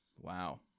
Wow